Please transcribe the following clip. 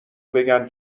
بگن